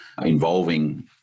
involving